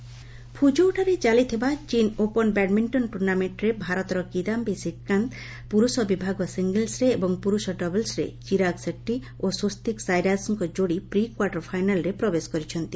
badminton ଫୁଝୌଠାରେ ଚାଲିଥିବା China open badminton ଟୁର୍ଣ୍ଣାମେଣ୍ଟରେ ଭାରତର କିଦାୟୀ ଶ୍ରୀକାନ୍ତ ପୁରୁଷ ବିଭାଗ ସିଙ୍ଗଲ୍ସରେ ଏବଂ ପ୍ରର୍ଷ ଡବଲ୍ସ୍ରେ ଚିରାଗ୍ ସେଟ୍ଟୀ ଓ ସ୍ୱସ୍ତିକ୍ ସାଇରାଜଙ୍କ ଯୋଡ଼ି ପ୍ରି କ୍ୱାର୍ଟର୍ ଫାଇନାଲ୍ରେ ପ୍ରବେଶ କରିଛନ୍ତି